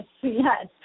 yes